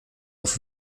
auf